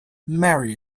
marry